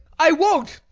i won't!